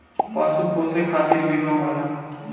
पशु पोसे खतिर बीमा होला